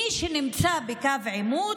מי שנמצא בקו העימות,